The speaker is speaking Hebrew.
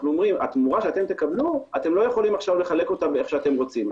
אנחנו אומרים: התמורה שתקבלו אתם לא יכולים לחלק אותה איך שאתם רוצים.